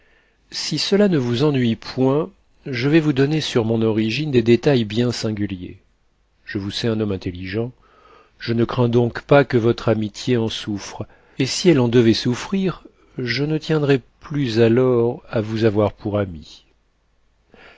si cela ne vous ennuie point je vais vous donner sur mon origine des détails bien singuliers je vous sais un homme intelligent je ne crains donc pas que votre amitié en souffre et si elle en devait souffrir je ne tiendrais plus alors à vous avoir pour ami